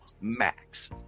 max